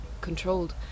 controlled